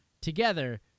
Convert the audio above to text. together